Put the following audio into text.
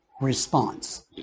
response